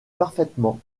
parfaitement